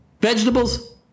vegetables